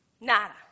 Nada